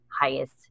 highest